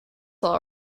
all